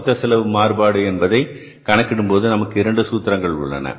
மொத்த செலவு மாறுபாடு என்பதை கணக்கிடும்போது நமக்கு இரண்டு சூத்திரங்கள் உள்ளன